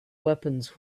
weapons